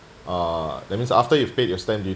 uh that means after you've paid your stamp duty